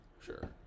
sure